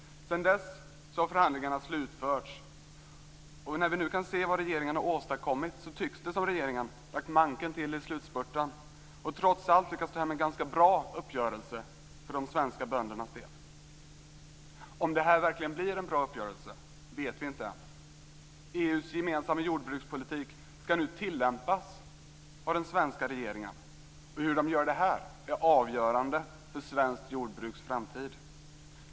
Sedan dess har förhandlingarna slutförts. Och när vi nu kan se vad regeringen har åstadkommit så tycks det som om regeringen har lagt manken till i slutspurten och trots allt lyckats ta hem en ganska bra uppgörelse för de svenska böndernas del. Om detta verkligen blir en bra uppgörelse vet vi inte än. EU:s gemensamma jordbrukspolitik skall nu tillämpas av den svenska regeringen. Och hur den gör detta är avgörande för svenskt jordbruks framtid.